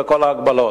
וכל ההגבלות.